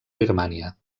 birmània